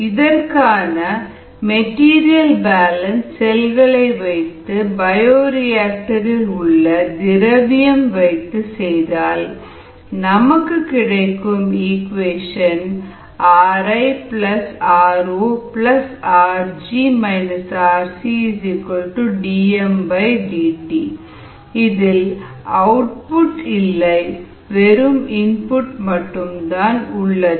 இதற்கான material balance செல்களை வைத்து பயோரியாக்டர் இல் உள்ள திரவியம் வைத்து செய்தால் நமக்கு கிடைக்கும் equation ri ro rg rcdmdt இதில் அவுட்புட் இல்லை வெறும் இன்புட் மட்டும்தான் உள்ளது